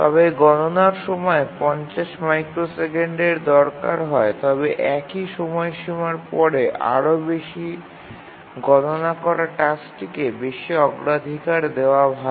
তবে গণনার সময় ৫০ মাইক্রোসেকেন্ডের দরকার হয় তবে একই সময়সীমার পরে আরও বেশি গণনা করা টাস্কটিকে বেশি অগ্রাধিকার দেওয়া ভাল